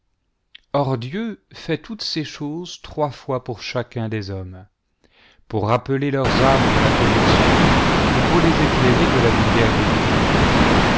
or dieu fait toutes ces choses trois fois pour chacun des hommes pour rappeler leurs âmes de la corruption et pour les éclairer de la lumière des vivants